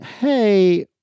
Hey